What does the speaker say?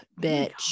bitch